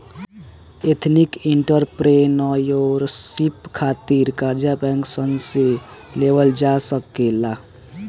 ethnic entrepreneurship खातिर कर्जा bank सन से लेवल जा सकेला